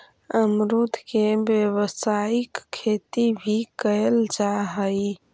अमरुद के व्यावसायिक खेती भी कयल जा हई